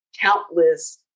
countless